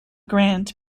grant